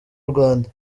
rwanda